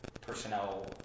personnel